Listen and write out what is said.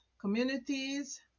communities